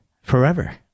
forever